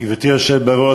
גברתי היושבת בראש,